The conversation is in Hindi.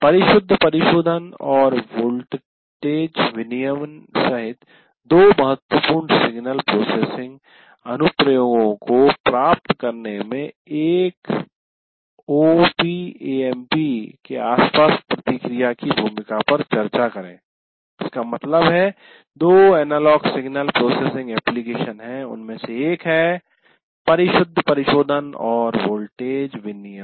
परिशुद्ध परिशोधन और वोल्टेज विनियमन सहित दो महत्वपूर्ण सिग्नल प्रोसेसिंग अनुप्रयोगों को प्राप्त करने में एक op amp के आसपास प्रतिक्रिया की भूमिका पर चर्चा करें इसका मतलब है 2 एनालॉग सिग्नल प्रोसेसिंग एप्लिकेशन हैं उनमे से एक है परिशुद्ध परिशोधन और वोल्टेज विनियमन